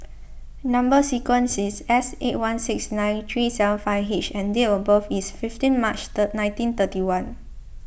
Number Sequence is S eight one six nine three seven five H and date of birth is fifteen March third nineteen thirty one